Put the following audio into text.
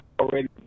already